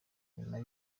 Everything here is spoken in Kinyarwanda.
nyuma